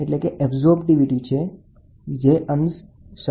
Ta absolute temperature છે જે કેલ્વિનમાં છે